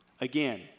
Again